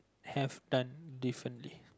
have done differently